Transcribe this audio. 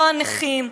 לא הנכים,